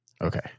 Okay